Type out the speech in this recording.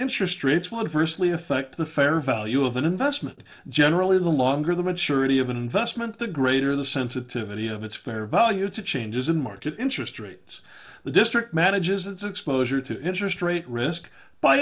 interest rates would firstly affect the fair value of an investment generally the longer the maturity of an investment the greater the sensitivity of its fair value to changes in market interest rates the district manages its exposure to interest rate risk by